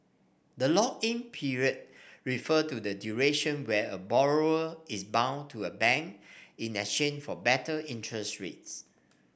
the lock in period refer to the duration where a borrower is bound to a bank in exchange for better interest rates